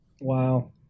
Wow